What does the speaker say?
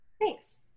Thanks